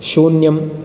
शून्यम्